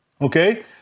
okay